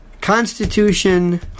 Constitution